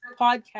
podcast